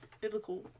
biblical